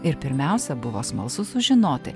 ir pirmiausia buvo smalsu sužinoti